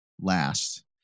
last